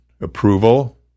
approval